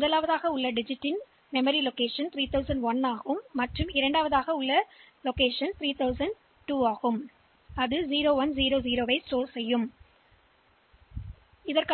இது நினைவக இருப்பிடம் 3001 இல் முதல் இலக்கத்தை சேமிக்கும் இது இந்த 0 1 0 0 ஐ சேமித்து வைக்கும்சேமிக்கும்